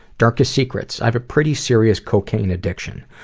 darkest secrets? i have a pretty serious cocaine addiction.